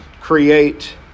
create